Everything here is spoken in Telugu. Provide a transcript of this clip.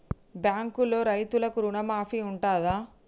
బ్యాంకులో రైతులకు రుణమాఫీ ఉంటదా?